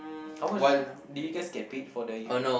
how much did did you guys get paid for the